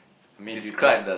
I mean if you if it